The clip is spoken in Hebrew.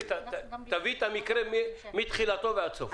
תביאי את המקרה מתחילתו ועד סופו.